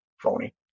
phony